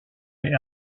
est